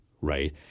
Right